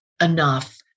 enough